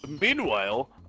Meanwhile